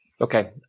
Okay